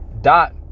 dot